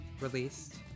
released